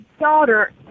daughter